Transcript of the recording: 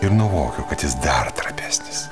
ir nuvokiau kad jis dar trapesnis